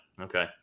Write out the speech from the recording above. okay